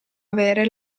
avere